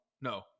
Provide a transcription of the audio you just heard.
No